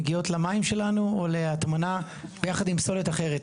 מגיעות למים שלנו או להטמנה ביחד עם פסולת אחרת.